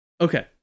Okay